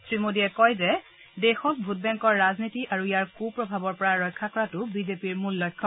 শ্ৰীমোদীয়ে কয় যে দেশক ভোটবেংকৰ ৰাজনীতি আৰু ইয়াৰ কুপ্ৰভাৱৰ পৰা ৰক্ষা কৰাটো বিজেপিৰ মূল লক্ষ্য